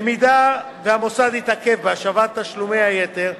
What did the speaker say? במידה שהמוסד יתעכב בהשבת תשלומי היתר,